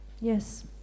yes